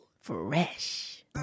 fresh